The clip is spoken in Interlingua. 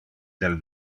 del